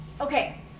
Okay